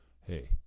Hey